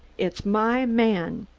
it's my man.